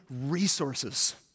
resources